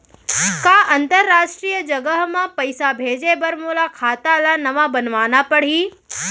का अंतरराष्ट्रीय जगह म पइसा भेजे बर मोला खाता ल नवा बनवाना पड़ही?